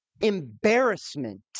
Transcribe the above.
embarrassment